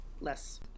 Less